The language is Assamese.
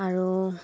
আৰু